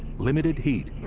limited heat,